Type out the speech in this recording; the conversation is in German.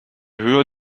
höher